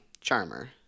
charmer